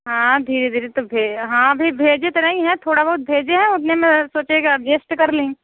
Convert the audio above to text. हाँ धीरे धीरे तो हाँ अभी भेजे तो नहीं हैं थोड़ा बहुत भेजे हैं उतने में सोचेगा एडजेस्ट कर लें